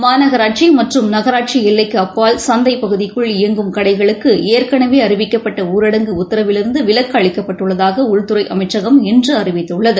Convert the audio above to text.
மாநகராட்சிமற்றும் நகராட்சிஎல்லைக்குஅப்பால் சந்தைபகுதிக்குள் இயங்கும் கடைகளுக்குஏற்கனவே அறிவிக்கப்பட்ட ஊரடங்கு உத்தரவிலிருந்துவிலக்குஅளிக்கப்பட்டுள்ளதாகஉள்துறைஅமைச்சகம் இன்றுஅறிவித்துள்ளது